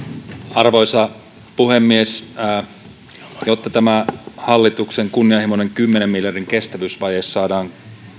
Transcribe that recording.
arvoisa puhemies jotta tämä hallituksen kunnianhimoinen kymmenen miljardin kestävyysvaje saadaan